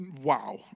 wow